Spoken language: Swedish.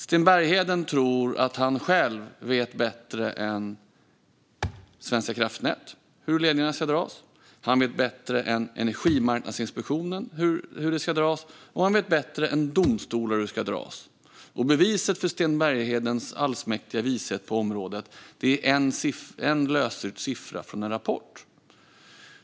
Sten Bergheden tror att han vet bättre än Svenska kraftnät hur ledningarna ska dras, han vet bättre än Energimarknadsinspektionen hur de ska dras och han vet bättre än domstolar hur de ska dras. Beviset för Sten Berghedens allsmäktiga vishet på området är en lösryckt siffra ur en rapport.